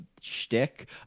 shtick